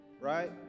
right